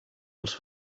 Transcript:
els